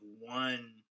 one